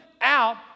out